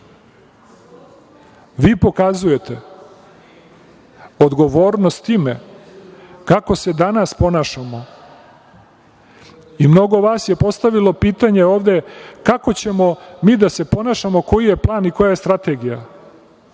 pokazujete odgovornost time kako se danas ponašamo i mnogo vas je postavilo pitanje ovde kako ćemo mi da se ponašamo, koji je plan i koja je strategija.